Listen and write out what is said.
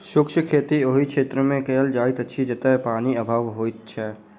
शुष्क खेती ओहि क्षेत्रमे कयल जाइत अछि जतय पाइनक अभाव होइत छै